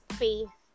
faith